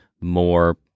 more